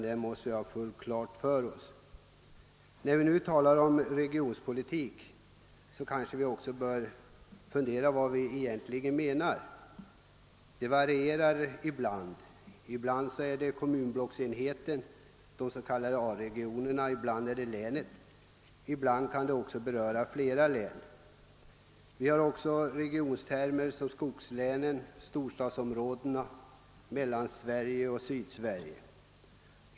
Den måste vi ha fullt klar för oss. När vi nu talar om regionalpolitik kanske vi också bör fundera över vad vi egentligen menar med en region. Det varierar. Ibland är det kommunblocksenheten, den s.k. A-regionen, ibland är det länet, ibland kan det vara flera län. Vi har också regiontermer som skogslän, storstadsområden, Mellansverige och Sydsverige.